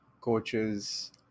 coaches